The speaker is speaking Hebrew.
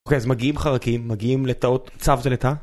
אוקיי, אז מגיעים חרקים, מגיעים לטאות. צב זה לטאה ?